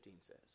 says